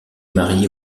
mariée